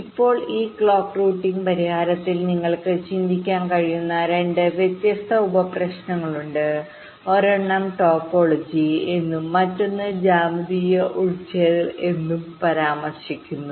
ഇപ്പോൾ ഈ clock routing പരിഹാരത്തിൽ നിങ്ങൾക്ക് ചിന്തിക്കാൻ കഴിയുന്ന 2 വ്യത്യസ്ത ഉപ പ്രശ്നങ്ങളുണ്ട് ഒരെണ്ണം ടോപ്പോളജിഎന്നും മറ്റൊന്ന് ജ്യാമിതീയ ഉൾച്ചേർക്കൽഎന്നും പരാമർശിക്കപ്പെടുന്നു